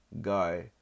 guy